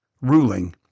ruling